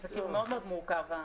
זה מאוד מאוד מורכב.